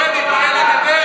קרדיט יהיה לגברת.